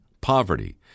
poverty